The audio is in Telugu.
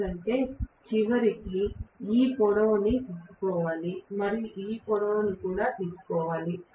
ఎందుకంటే నేను చివరికి ఈ పొడవు తీసుకోవాలి మరియు ఈ పొడవును కూడా తీసుకోవాలి